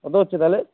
কত হচ্ছে তাহলে